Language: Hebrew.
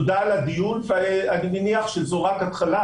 תודה על הדיון ואני מניח שזו רק התחלה